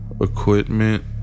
equipment